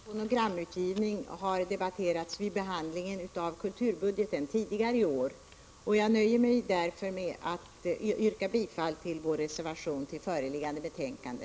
Herr talman! Frågan om fonogramutgivning har debatterats vid behandlingen av kulturbudgeten tidigare i år, och jag nöjer mig därför nu med att yrka bifall till reservation 1 i föreliggande betänkande.